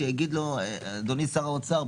שיגידו לו: אדוני שר האוצר,